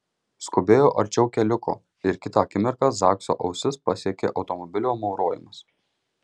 skubėjo arčiau keliuko ir kitą akimirką zakso ausis pasiekė automobilio maurojimas